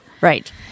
Right